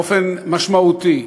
באופן משמעותי.